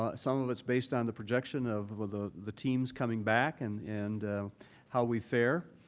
ah some of it's based on the projection of ah the the teams coming back and and how we fare.